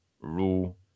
rule